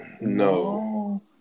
no